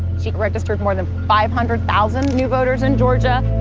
she registered more than five hundred thousand new voters in georgia.